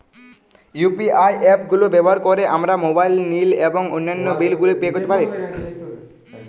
UPI app গুলো ব্যবহার করে আমরা মোবাইল নিল এবং অন্যান্য বিল গুলি পে করতে পারি